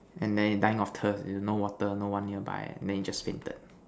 and then dying of thirst no water no one nearby then he just fainted